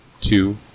two